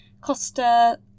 costa